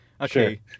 Okay